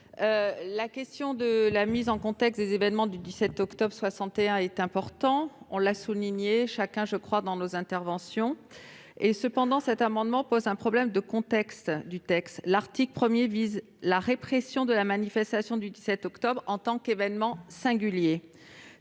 La question de la contextualisation des événements du 17 octobre 1961 est importante. Tous les orateurs l'ont souligné dans leurs interventions. Cependant, cet amendement pose un problème de contexte : l'article 1 vise la répression de la manifestation du 17 octobre en tant qu'événement singulier.